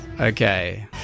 Okay